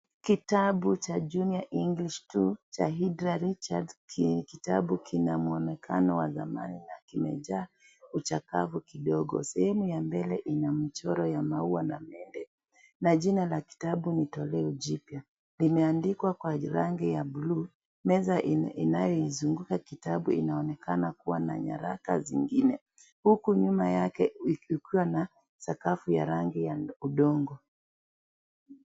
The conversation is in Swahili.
Kitabu cha junior english two cha Hidra Richard ni kitabu kina mwonekano wa zamani na kimejaa uchakafu kidogo . Sehemu ya mbele ina michoro ya maua na mende na jina la kitabu ni toleo jipya. Limeandikwa kwa rangi ya buluu , meza inayoizunguka kitabu inaonekana kuwa na nyaraka zingine huku nyuma yake kukiwa na sakafu ya rangi ya udongo.